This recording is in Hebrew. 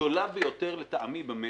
הגדולה ביותר לטעמי במשק.